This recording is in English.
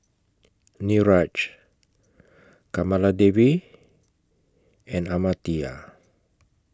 Niraj Kamaladevi and Amartya